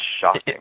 shocking